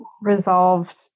resolved